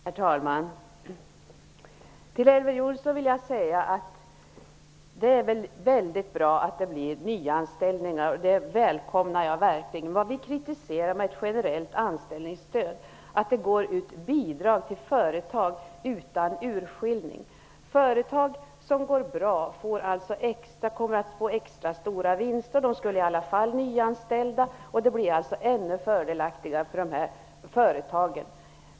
Herr talman! Till Elver Jonsson vill jag säga att det är väldigt bra att det blir nyanställningar. Sådana välkomnar jag verkligen. Vad vi kritiserar när det gäller ett generellt anställningsstöd är att bidrag utgår till företag utan urskillning. Företag som går bra kommer alltså att få extra stora vinster. De skulle ju i alla fall nyanställa. Således blir det här ännu fördelaktigare för företag av detta slag.